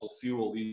fuel